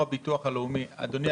אדוני,